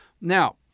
Now